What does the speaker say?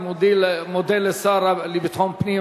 אני מודה לשר לביטחון פנים,